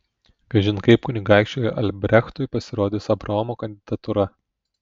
kažin kaip kunigaikščiui albrechtui pasirodys abraomo kandidatūra